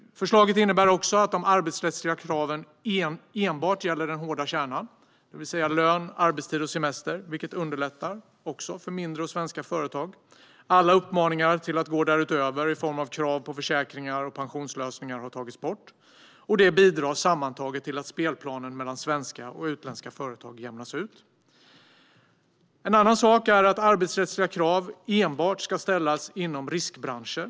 Förslaget innebär också att de arbetsrättsliga kraven enbart gäller den hårda kärnan, det vill säga lön, arbetstid och semester, vilket också underlättar mindre och svenska företag. Alla uppmaningar till att gå därutöver i form av krav på försäkringar och pensionslösningar har tagits bort. Detta bidrar sammantaget till att spelplanen mellan svenska och utländska företag jämnas ut. En annan sak är att arbetsrättsliga krav ska ställas enbart inom riskbranscher.